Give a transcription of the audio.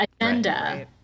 agenda